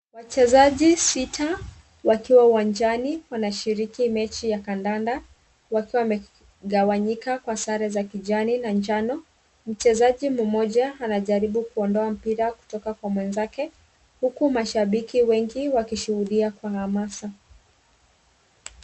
Wachezaji sita wakiwa uwanjani wanashiriki mechi ya kandanda wakiwa wamegawanyika kwa sare za kijani na njano. Mchezaji mmoja anajaribu kuondoa mpira kutoka kwa mwenzake huku mashabiki wengi wakishuhudia kwa hamasa.